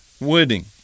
wording